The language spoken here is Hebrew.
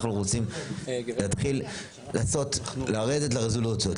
אנחנו רוצים להתחיל לעשות, לרדת לרזולוציות.